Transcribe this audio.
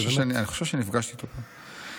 אני חושב שנפגשתי איתו פעם.